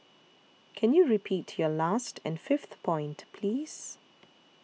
can you repeat your last and fifth point please